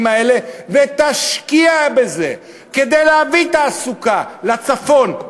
האלה ותשקיע בזה כדי להביא תעסוקה לצפון,